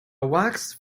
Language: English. waxed